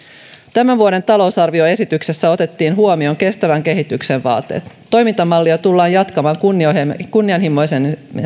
tämän vuoden talousarvioesityksessä otettiin huomioon kestävän kehityksen vaateet toimintamallia tullaan jatkamaan kunnianhimoisemmin